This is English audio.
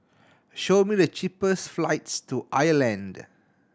show me the cheapest flights to Ireland